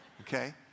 Okay